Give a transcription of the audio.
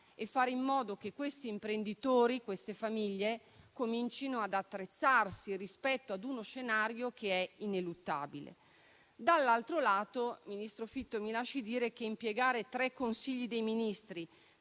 e fare in modo che quegli imprenditori e quelle famiglie comincino ad attrezzarsi rispetto a uno scenario ineluttabile. Dall'altro lato, ministro Fitto, mi lasci dire che impiegare tre Consigli dei ministri